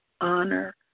honor